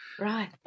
Right